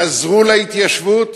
חזרו להתיישבות,